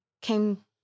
came